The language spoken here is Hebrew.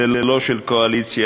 זה לא של קואליציה,